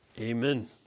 Amen